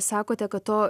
sakote kad to